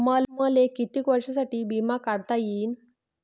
मले कितीक वर्षासाठी बिमा काढता येईन?